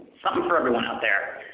something for everyone out there.